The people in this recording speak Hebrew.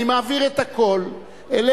אני מעביר את הכול אליך,